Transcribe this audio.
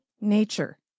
nature